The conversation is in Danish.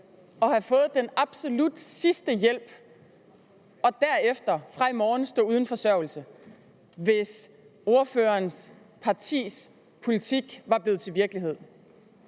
til at få den absolut sidste hjælp og derefter fra i morgen stået uden forsørgelse, hvis ordførerens partis politik var blevet til virkelighed.